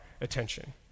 attention